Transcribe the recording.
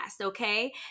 okay